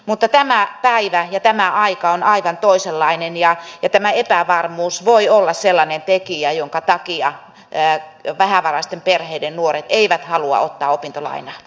mutta tämä päivä ja tämä aika on aivan toisenlainen ja tämä epävarmuus voi olla sellainen tekijä jonka takia vähävaraisten perheiden nuoret eivät halua ottaa opintolainaa